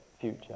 future